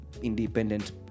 independent